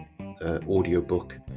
audiobook